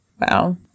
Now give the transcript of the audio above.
Wow